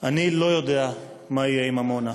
אני לא יודע מה יהיה עם עמונה,